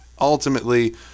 ultimately